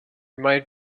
might